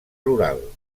rural